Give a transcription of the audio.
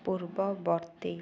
ପୂର୍ବବର୍ତ୍ତୀ